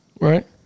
Right